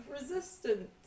resistance